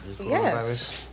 yes